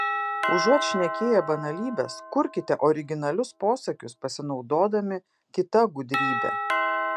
užuot šnekėję banalybes kurkite originalius posakius pasinaudodami kita gudrybe